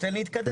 תן לי להתקדם.